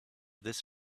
this